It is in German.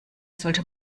sollte